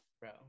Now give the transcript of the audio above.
Bro